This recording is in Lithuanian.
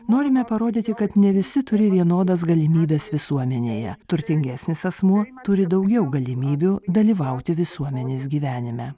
norime parodyti kad ne visi turi vienodas galimybes visuomenėje turtingesnis asmuo turi daugiau galimybių dalyvauti visuomenės gyvenime